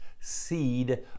seed